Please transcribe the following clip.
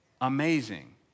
Amazing